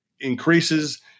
increases